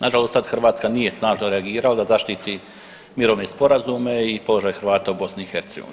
Nažalost tad Hrvatska nije snažno reagirala da zaštiti mirovne sporazume i položaj Hrvata u BiH.